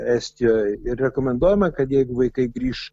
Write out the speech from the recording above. estijoj ir rekomenduojama kad jeigu vaikai grįš